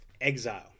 Exile